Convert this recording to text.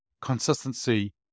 consistency